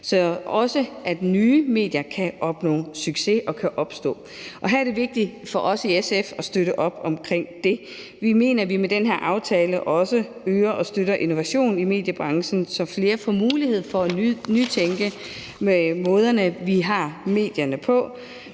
så også nye medier kan opnå succes og opstå, og det er vigtigt for os i SF at støtte op omkring det. Vi mener, at vi med den her aftale også øger og støtter innovation i mediebranchen, så flere får mulighed for at nytænke måderne, vi har medierne på.